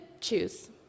choose